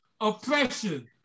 Oppression